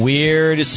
Weird